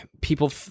people